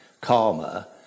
karma